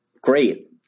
Great